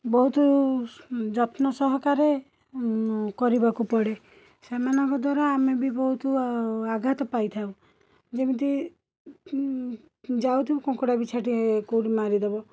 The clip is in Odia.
ବହୁତ ଯତ୍ନ ସହକାରେ କରିବାକୁ ପଡ଼େ ସେମାନଙ୍କ ଦ୍ଵାରା ଆମେ ବି ବହୁତ ଆଘାତ ପାଇଥାଉ ଯେମିତି ଯାଉଥିବୁ କଙ୍କଡ଼ାବିଛାଟିଏ କେଉଁଠି ମାରିଦବ